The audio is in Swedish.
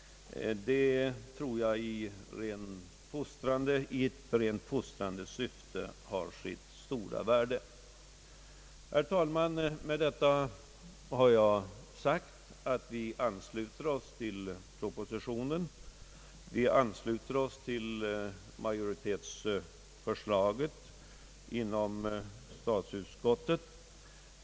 Detta tror jag i rent fostrande syfte har sitt stora värde. Herr talman! Med detta har jag sagt att vi ansluter oss till propositionen och att vi ansluter oss till majoritetsförslaget inom statsutskottet.